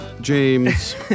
James